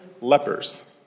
lepers